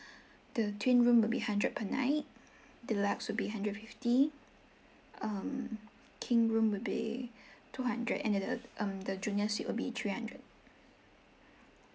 the twin room will be hundred per night deluxe will be hundred fifty um king room will be two hundred and then the um the junior suite will be three hundred